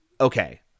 okay